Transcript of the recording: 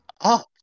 up